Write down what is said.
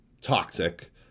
toxic